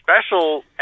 special